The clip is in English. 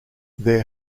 their